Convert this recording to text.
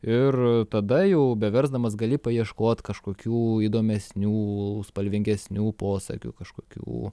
ir tada jau beversdamas gali paieškot kažkokių įdomesnių spalvingesnių posakių kažkokių